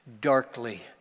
darkly